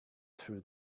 threw